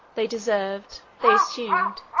they deserved, they assumed,